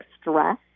stress